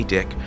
Dick